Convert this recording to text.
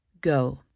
go